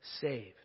saved